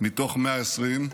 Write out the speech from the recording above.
מתוך 120,